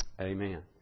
Amen